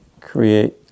create